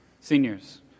seniors